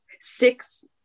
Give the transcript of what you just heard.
six